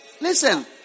Listen